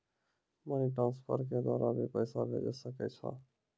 Money transfer के द्वारा भी पैसा भेजै सकै छौ?